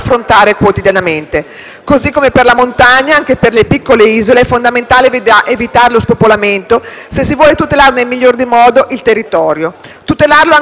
Così come per la montagna, anche per le piccole isole è fondamentale evitare lo spopolamento, se si vuole tutelare nel miglior modo il territorio, anche dal punto di vista ambientale